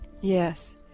yes